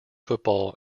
football